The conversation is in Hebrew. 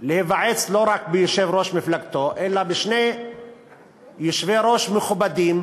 להיוועץ לא רק ביושב-ראש מפלגתו אלא בשני יושבי-ראש מכובדים,